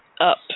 up